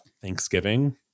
Thanksgiving